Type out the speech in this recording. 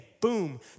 Boom